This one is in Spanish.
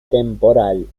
temporal